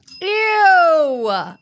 ew